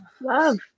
Love